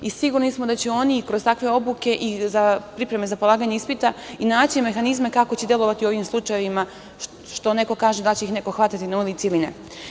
Sigurni smo da će oni kroz takve obuke i pripreme za polaganje ispita i naći mehanizme kako će delovati ovim slučajevima, što neko kaže da li će ih hvatati na ulicu ili ne.